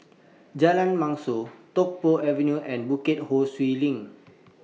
Jalan Mashor Tung Po Avenue and Bukit Ho Swee LINK